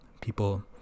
people